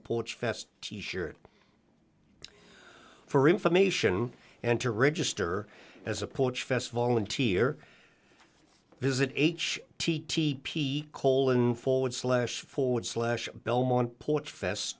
porch fest t shirt for information and to register as a porch fest volunteer visit t t p colon forward slash forward slash belmont port fest